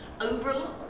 overlook